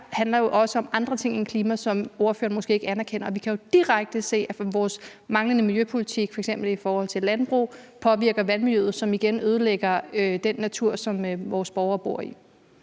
her handler jo også om andre ting end klima, som ordføreren måske ikke anerkender. Vi kan jo direkte se, at vores manglende miljøpolitik, f.eks. i forhold til landbrug, påvirker vandmiljøet, hvilket igen ødelægger den natur, som vores borgere bor i.